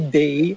day